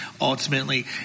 ultimately